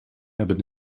hebben